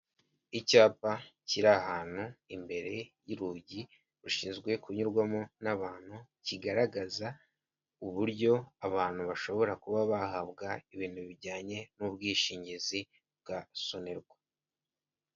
Icyapa kiri ahantu imbere y'urugi rushinzwe kunyurwamo n'abantu kigaragaza uburyo abantu bashobora kuba bahabwa ibintu bijyanye n'ubwishingizi bwa sonarwa.